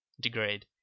degrade